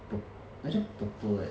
purp~ 好像 purple leh